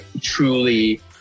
truly